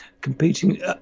competing